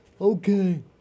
okay